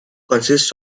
consists